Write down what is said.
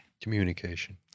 Communication